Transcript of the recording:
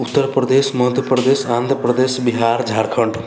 Uttar Pradesh Madhya Pradesh Andhra Pradesh Bihar Jharkhand